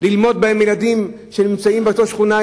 ללמוד בהם לילדים שנמצאים באותה שכונה,